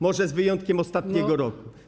Może z wyjątkiem ostatniego roku.